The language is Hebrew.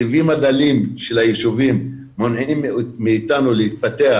התקציבים הדלים של הישובים מונעים מאתנו להתפתח